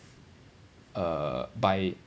err buy it